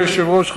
אדוני היושב-ראש,